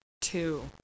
Two